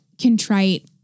contrite